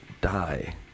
die